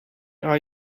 are